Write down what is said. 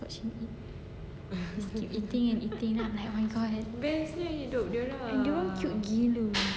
eating and eating my god dia orang cute gila